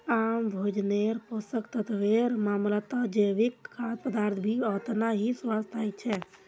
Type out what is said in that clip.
आम भोजन्नेर पोषक तत्वेर मामलाततजैविक खाद्य पदार्थ भी ओतना ही स्वस्थ ह छे